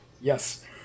Yes